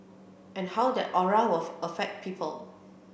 and how that aura of affect people